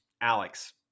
Alex